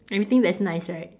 everything that's nice right